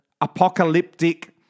apocalyptic